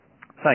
Thanks